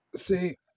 See